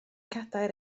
cadair